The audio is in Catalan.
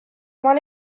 van